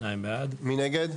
הצבעה בעד, 2 נגד,